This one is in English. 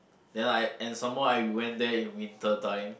then I and some more I went there in winter time